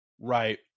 Right